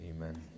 Amen